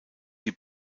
die